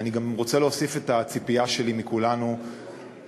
אני גם רוצה להוסיף את הציפייה שלי מכולנו לתת